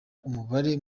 umubare